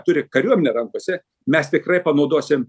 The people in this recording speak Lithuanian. turi kariuomenė rankose mes tikrai panaudosim